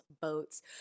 boats